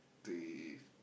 they